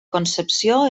concepció